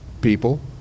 people